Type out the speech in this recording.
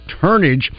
Turnage